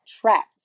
trapped